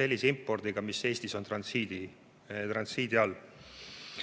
sellise impordiga, mis Eestis on transiidi